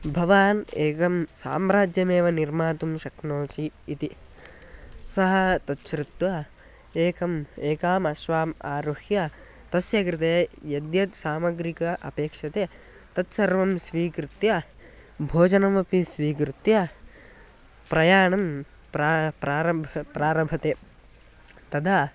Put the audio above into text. भवान् एकं साम्राज्यमेव निर्मातुं शक्नोषि इति सः तत् श्रुत्वा एकम् एकाम् अश्वम् आरुह्य तस्य कृते यद्यत् सामग्रीम् अपेक्षते तत्सर्वं स्वीकृत्य भोजनमपि स्वीकृत्य प्रयाणं प्रारम्भः प्रारभते तदा